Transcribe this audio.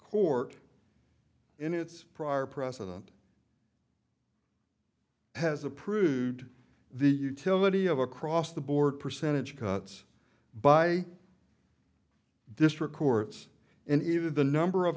court in its prior precedent has approved the utility of across the board percentage cuts by district courts and even the number of